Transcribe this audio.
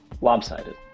lopsided